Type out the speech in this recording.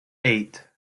eight